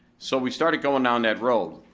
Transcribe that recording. so we started going down that road.